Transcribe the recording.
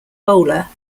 bowler